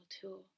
tool